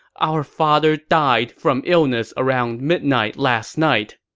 our father died from illness around midnight last night.